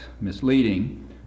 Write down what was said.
misleading